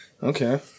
Okay